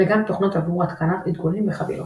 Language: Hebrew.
וגם תוכנות עבור התקנת עדכונים וחבילות.